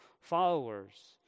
followers